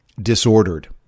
disordered